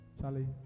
Charlie